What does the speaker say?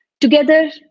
Together